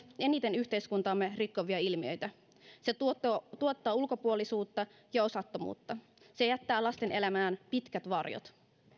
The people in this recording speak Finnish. eniten yhteiskuntaamme rikkovia ilmiöitä se tuottaa tuottaa ulkopuolisuutta ja osattomuutta se jättää lasten elämään pitkät varjot